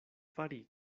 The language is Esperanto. fari